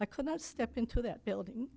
i could not step into that building